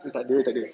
eh takde takde